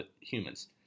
humans